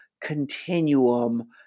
continuum